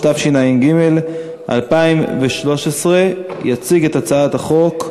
הצעת החוק התקבלה ותועבר לוועדת הכלכלה